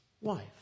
wife